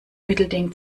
mittelding